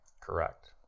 Correct